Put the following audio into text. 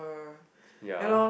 ya